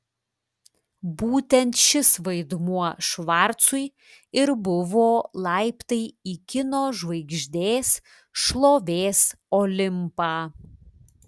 būtent šis vaidmuo švarcui ir buvo laiptai į kino žvaigždės šlovės olimpą